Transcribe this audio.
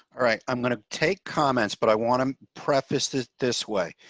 all right, i'm going to take comments, but i want to preface this this way.